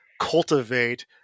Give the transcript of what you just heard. cultivate